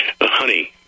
honey